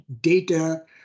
data